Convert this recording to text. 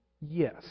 Yes